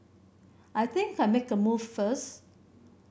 I think I'll make a move first